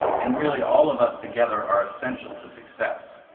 and really all of us together are essential to success,